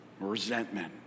Resentment